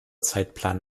zeitplan